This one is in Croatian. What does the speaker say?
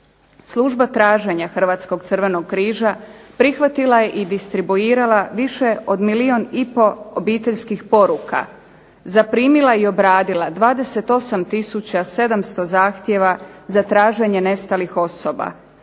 Služba traženja Hrvatskog crvenog križa prihvatila je i distribuirala više od milijun i pol obiteljskih poruka, zaprimila i obradila 28 tisuća 700 zahtjeva za traženje nestalih osoba,